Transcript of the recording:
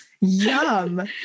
yum